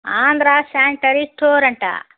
ఆంధ్ర సాన్టరీ స్టోరంట